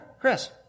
Chris